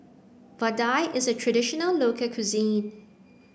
Vadai is a traditional local cuisine